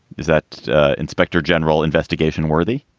is that inspector general investigation worthy?